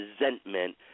resentment